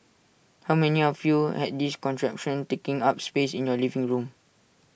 how many of you had this contraption taking up space in your living room